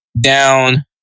down